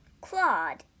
Claude